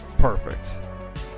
perfect